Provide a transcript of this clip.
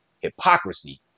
Hypocrisy